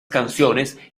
canciones